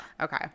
Okay